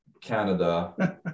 Canada